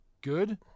good